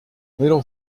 little